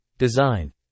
Design